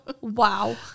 wow